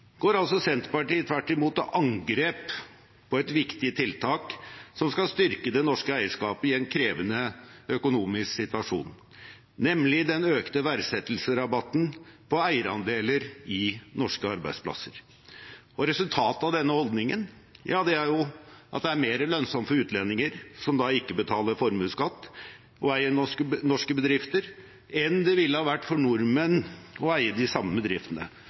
Senterpartiet tvert imot til angrep på et viktig tiltak som skal styrke det norske eierskapet i en krevende økonomisk situasjon, nemlig den økte verdsettelsesrabatten på eierandeler i norske arbeidsplasser. Resultatet av denne holdningen er at det er mer lønnsomt for utlendinger, som ikke betaler formuesskatt, å eie norske bedrifter enn det ville ha vært for nordmenn å eie de samme bedriftene.